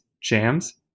jams